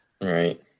right